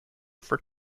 for